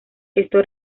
esto